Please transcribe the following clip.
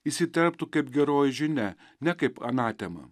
įsiterptų kaip geroji žinia ne kaip anatema